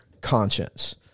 conscience